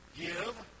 give